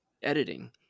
editing